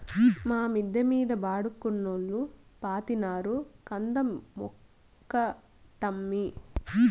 మా మిద్ద మీద బాడుగకున్నోల్లు పాతినారు కంద మొక్కటమ్మీ